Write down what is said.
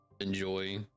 enjoy